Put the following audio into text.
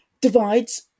divides